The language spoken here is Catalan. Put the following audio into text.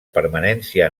permanència